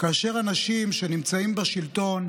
כאשר אנשים שנמצאים בשלטון,